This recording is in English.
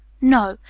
no!